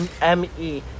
M-E